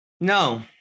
No